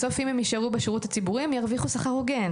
בסוף אם הם יישארו בשירות הציבורי הם ירוויחו שכר הוגן.